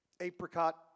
Apricot